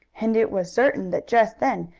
and it was certain that, just then,